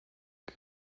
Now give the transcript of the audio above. гэх